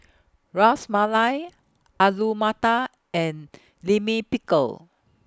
Ras Malai Alu Matar and Lime Pickle